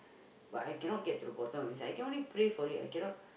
but I cannot get to the bottom of this I can only pray for it I cannot